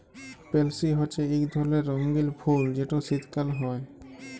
পেলসি হছে ইক ধরলের রঙ্গিল ফুল যেট শীতকাল হ্যয়